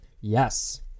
Yes